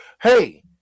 Hey